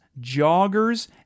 joggers